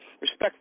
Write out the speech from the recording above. Respect